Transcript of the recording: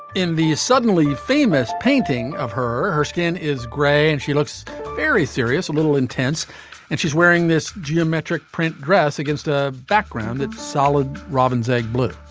in the suddenly famous painting of her. skin is gray and she looks very serious a little intense and she's wearing this geometric print dress against a background that's solid robin's egg blue